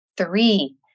Three